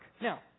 Now